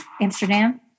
Amsterdam